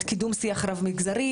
קידום שיח רב-מגזרי.